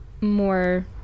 more